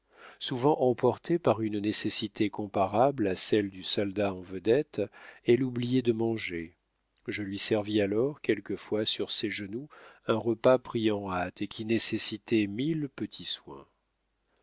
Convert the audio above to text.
souvent emportée par une nécessité comparable à celle du soldat en vedette elle oubliait de manger je lui servis alors quelquefois sur ses genoux un repas pris en hâte et qui nécessitait mille petits soins